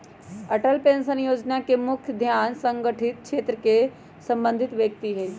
Atal pension Yojana के मुख्य ध्यान असंगठित क्षेत्र से संबंधित व्यक्ति हइ